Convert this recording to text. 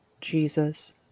jesus